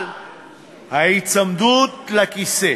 אבל ההיצמדות לכיסא,